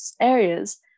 areas